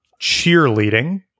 Cheerleading